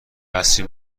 قصری